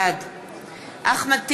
בעד אחמד טיבי,